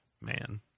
man